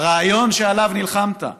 הרעיון שעליו נלחמת,